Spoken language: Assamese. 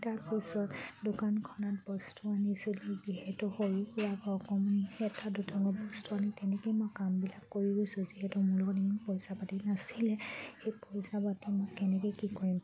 তাৰপিছত দোকানখনত বস্তু আনিছিলোঁ যিহেতু সৰুৰপৰা অকণমান এটা দুটা বস্তু আনি তেনেকৈয়ে মই কামবিলাক কৰি গৈছোঁ যিহেতু মোৰ লগত পইচা পাতি নাছিলে সেই পইচা পাতি মই কেনেকৈ কি কৰিম